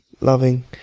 loving